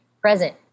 present